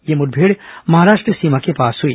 यह मुठभेड़ महाराष्ट्र सीमा के पास हुई